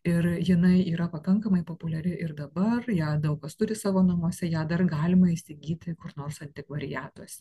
ir jinai yra pakankamai populiari ir dabar ją daug kas turi savo namuose ją dar galima įsigyti kur nors antikvariatuose